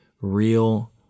real